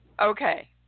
okay